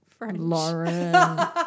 Lauren